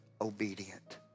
obedient